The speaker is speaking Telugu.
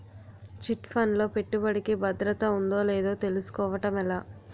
చిట్ ఫండ్ లో పెట్టుబడికి భద్రత ఉందో లేదో తెలుసుకోవటం ఎలా?